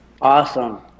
awesome